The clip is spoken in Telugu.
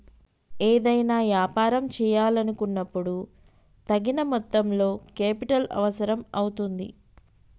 ఏదైనా యాపారం చేయాలనుకున్నపుడు తగిన మొత్తంలో కేపిటల్ అవసరం అవుతుంది